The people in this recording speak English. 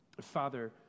Father